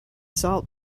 salt